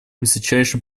высочайшим